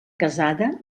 casada